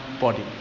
body